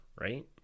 right